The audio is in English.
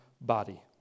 body